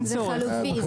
זה חלופי,